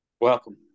Welcome